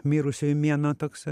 mirusiųjų mėnuo toks